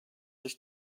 dış